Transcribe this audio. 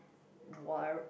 while